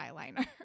eyeliner